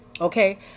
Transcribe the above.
Okay